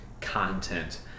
content